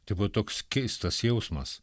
tai buvo toks keistas jausmas